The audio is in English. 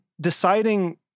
deciding